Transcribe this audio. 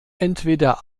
entweder